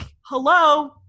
hello